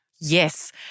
Yes